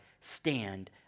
stand